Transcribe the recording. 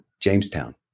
Jamestown